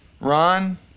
Ron